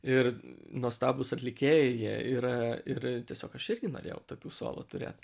ir nuostabūs atlikėjai jie yra ir tiesiog aš irgi norėjau tokių solo turėt